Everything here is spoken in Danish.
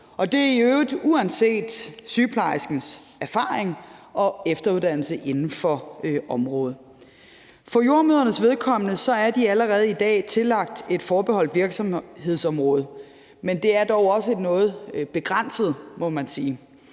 Det er i øvrigt uanset sygeplejerskens erfaring og efteruddannelse inden for området. For jordemødrenes vedkommende er de allerede i dag tillagt et forbeholdt virksomhedsområde, men det er dog også noget begrænset,